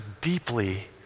deeply